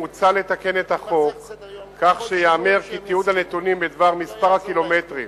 מוצע לתקן את החוק כך שייאמר כי תיעוד הנתונים בדבר מספר הקילומטרים